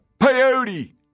peyote